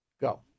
Go